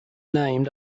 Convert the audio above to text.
named